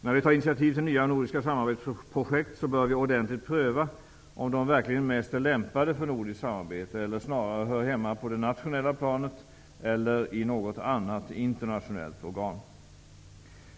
När vi tar initiativ till nya nordiska samarbetsprojekt bör vi ordentligt pröva om de verkligen mest är lämpade för nordiskt samarbete eller snarare hör hemma på det nationella planet eller i något annat internationellt organ.